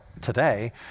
today